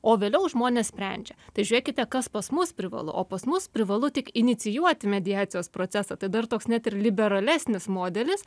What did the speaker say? o vėliau žmonės sprendžia tai žiūrėkite kas pas mus privalu o pas mus privalu tik inicijuoti mediacijos procesą tai dar toks net ir liberalesnis modelis